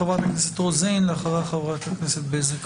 חברתה כנסת רוזין, ואחריה חברת הכנסת בזק.